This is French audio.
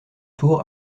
tour